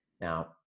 Now